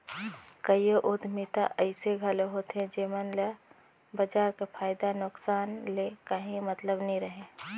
कइयो उद्यमिता अइसे घलो होथे जेमन ल बजार कर फयदा नोसकान ले काहीं मतलब नी रहें